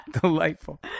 Delightful